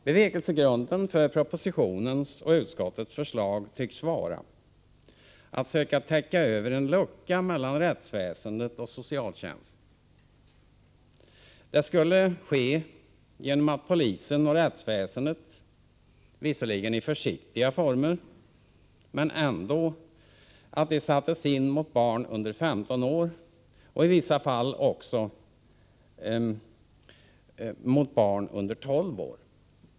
Bevekelsegrunden när det gäller propositionens och utskottets förslag tycks vara att man vill söka täcka över en lucka mellan rättsväsendet och socialtjänsten. Det skulle ske genom att polisen och rättsväsendet, visserligen i försiktiga former, sätts in mot barn under 15 år och i vissa fall mot barn under 12 år.